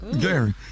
Gary